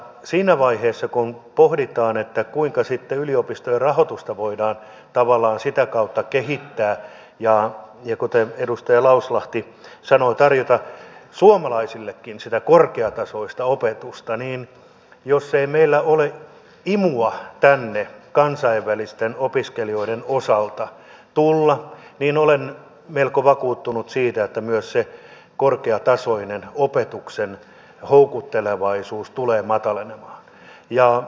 siinä vaiheessa kun pohditaan kuinka sitten yliopistojen rahoitusta voidaan tavallaan sitä kautta kehittää ja kuten edustaja lauslahti sanoi tarjota suomalaisillekin sitä korkeatasoista opetusta jos ei meillä ole imua tänne kansainvälisten opiskelijoiden osalta tulla olen melko vakuuttunut siitä että myös se korkeatasoisen opetuksen houkuttelevuus tulee madaltumaan